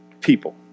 people